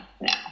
no